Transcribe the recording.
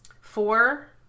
Four